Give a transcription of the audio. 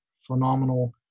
phenomenal